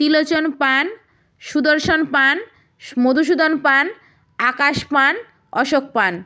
ত্রিলোচন পান সুদর্শন পান মধুসূদন পান আকাশ পান অশোক পান